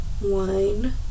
wine